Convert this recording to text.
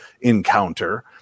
encounter